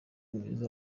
mwiza